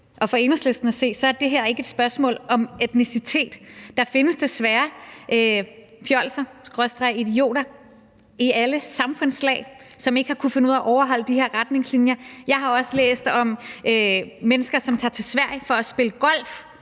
og Enhedslisten at se, er det her ikke er et spørgsmål om etnicitet. Der findes desværre fjolser/idioter i alle samfundslag, som ikke har kunnet finde ud af at overholde de her retningslinjer. Jeg har også læst om mennesker, som tager til Sverige for at spille golf,